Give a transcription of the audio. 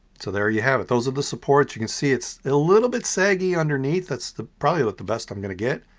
so there you have it. those are the supports. you can see it's a little bit saggy underneath. that's probably like the best i'm gonna get,